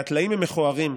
הטלאים הם מכוערים.